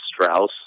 Strauss